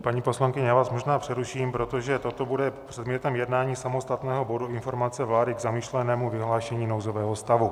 Paní poslankyně, já vás možná přeruším, protože toto bude předmětem jednání samostatného bodu Informace vlády k zamýšlenému vyhlášení nouzového stavu.